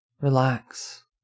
Relax